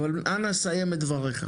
אנא, סיים את דבריך.